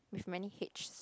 with many Hs